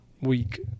week